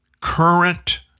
current